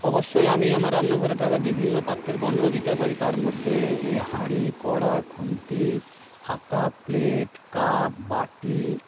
অবশ্যই আমি আমার রান্নাঘরে থাকা বিভিন্ন পাত্রের বর্ণনা দিতে পারি তার মধ্যে এই হাঁড়ি কড়া খুন্তি হাতা প্লেট কাপ বাটি